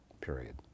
period